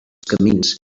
camins